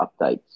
updates